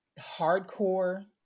hardcore